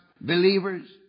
believers